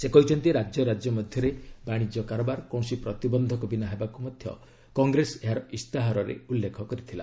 ସେ କହିଛନ୍ତି ରାଜ୍ୟ ରାଜ୍ୟ ମଧ୍ୟରେ ବାଣିଜ୍ୟ କାରବାର କୌଣସି ପ୍ରତିବନ୍ଧକ ବିନା ହେବାକୁ ମଧ୍ୟ କଂଗ୍ରେସ ଏହାର ଇସ୍ତାହାରରେ ଉଲ୍ଲେଖ କରିଥିଲା